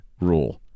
rule